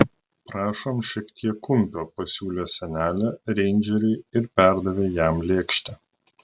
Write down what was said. prašom šiek tiek kumpio pasiūlė senelė reindžeriui ir perdavė jam lėkštę